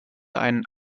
einen